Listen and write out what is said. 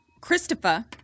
Christopher